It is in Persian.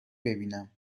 ببینم